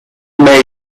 may